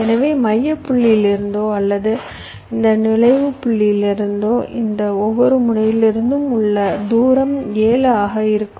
எனவே மையப் புள்ளியிலிருந்தோ அல்லது இந்த நுழைவுப் புள்ளியிலிருந்தோ இந்த ஒவ்வொரு முனையிலிருந்தும் உள்ள தூரம் 7 ஆக இருக்கும்